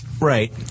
Right